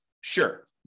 Sure